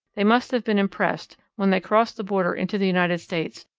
they must have been impressed, when they crossed the border into the united states,